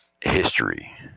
History